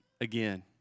again